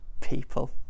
people